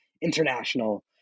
international